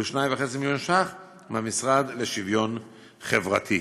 ועוד 2.5 מיליון שקלים מהמשרד לשוויון חברתי.